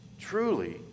truly